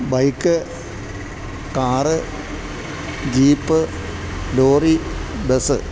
bike car jeep lorry bus